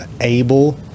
able